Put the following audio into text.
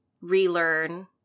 relearn